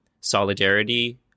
solidarity